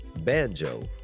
Banjo